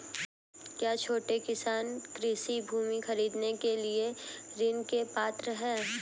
क्या छोटे किसान कृषि भूमि खरीदने के लिए ऋण के पात्र हैं?